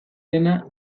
dena